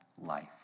life